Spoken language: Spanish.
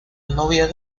novia